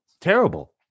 Terrible